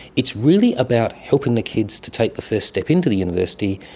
it's really about helping the kids to take the first step into the university,